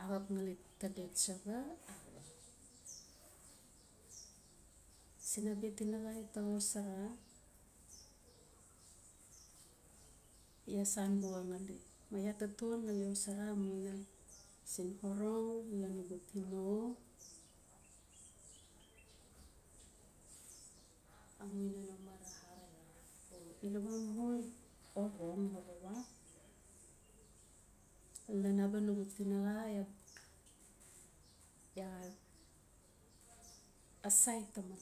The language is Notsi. Axap ngali tali tsaxai, axap. siin abia tinaxa iaa ta xosora iaa san buxa ngali, ma iaa taton ngali xosara amuina siin orong lan nugu tino, amuina no mara arara. Inaman lalon nugu tino arara iaa asait taman